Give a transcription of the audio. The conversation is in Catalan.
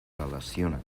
relacionen